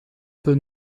peut